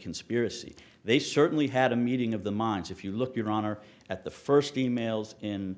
conspiracy they certainly had a meeting of the minds if you look your honor at the first e mails in